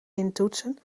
intoetsen